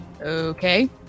Okay